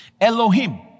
Elohim